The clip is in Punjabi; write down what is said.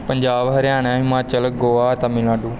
ਪੰਜਾਬ ਹਰਿਆਣਾ ਹਿਮਾਚਲ ਗੋਆ ਤਾਮਿਲਨਾਡੂ